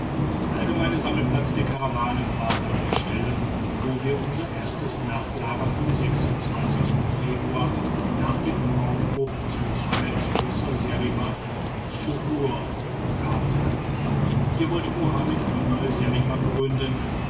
der allgemeine sammelplatz der karawane war an der stelle wo wir unser erstes nachtlager vom februar nach dem aufbruch aus mohammeds großer seriba ssurrur gehabt hatten hier wollte mohammed eine neue seriba gründen